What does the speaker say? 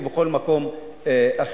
ובכל מקום אחר.